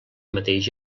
mateix